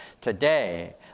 today